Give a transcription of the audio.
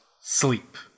sleep